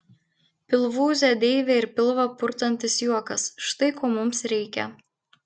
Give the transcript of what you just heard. pilvūzė deivė ir pilvą purtantis juokas štai ko mums reikia